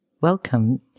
Welcome